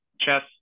chess